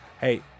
hey